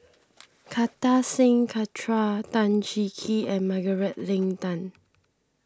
Kartar Singh Tan Cheng Kee and Margaret Leng Tan